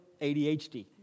ADHD